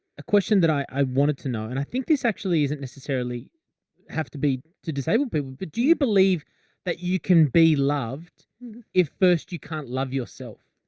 a question that i wanted to know, and i think this actually isn't necessarily have to be to disabled people, but do you believe that you can be loved if first you can't love yourself?